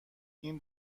این